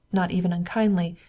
not even unkindly,